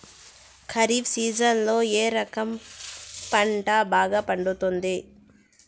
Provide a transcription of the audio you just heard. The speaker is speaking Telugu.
ఖరీఫ్ సీజన్లలో ఏ రకం పంట బాగా పండుతుంది